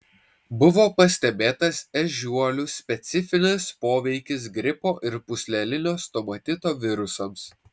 buvo pastebėtas ežiuolių specifinis poveikis gripo ir pūslelinio stomatito virusams